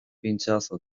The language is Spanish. pinchazo